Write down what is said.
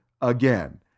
again